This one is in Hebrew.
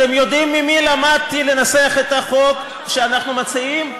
אתם יודעים ממי למדתי לנסח את החוק שאנחנו מציעים?